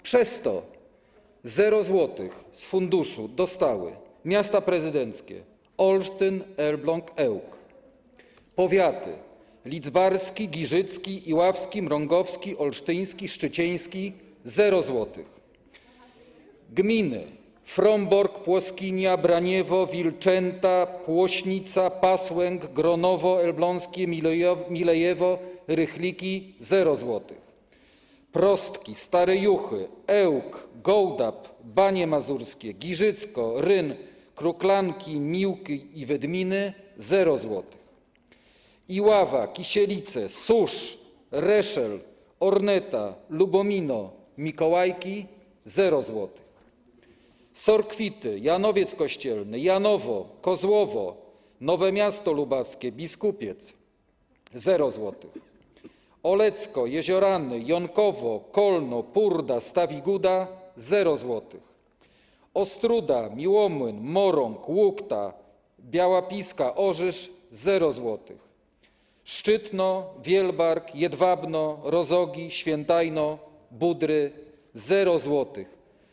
Przez to 0 zł z funduszu dostały miasta prezydenckie: Olsztyn, Elbląg, Ełk, powiaty: lidzbarski, giżycki, iławski, mrągowski, olsztyński, szczycieński - 0 zł, gminy: Frombork, Płoskinia, Braniewo, Wilczęta, Płośnica, Pasłęk, Gronowo Elbląskie, Milejewo, Rychliki - 0 zł, Prostki, Stare Juchy, Ełk, Gołdap, Banie Mazurskie, Giżycko, Ryn, Kruklanki, Miłki i Wydminy - 0 zł, Iława, Kisielice, Susz, Reszel, Orneta, Lubomino, Mikołajki - 0 zł, Sorkwity, Janowiec Kościelny, Janowo, Kozłowo, Nowe Miasto Lubawskie, Biskupiec - 0 zł, Olecko, Jeziorany, Jonkowo, Kolno, Purda, Stawiguda - 0 zł, Ostróda, Miłomłyn, Morąg, Łukta, Biała Piska, Orzysz - 0 zł, Szczytno, Wielbark, Jedwabno, Rozogi, Świętajno, Budry - 0 zł.